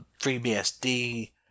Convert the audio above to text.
FreeBSD